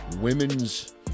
women's